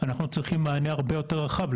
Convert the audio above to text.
אנחנו צריכים מענה הרבה יותר רחב,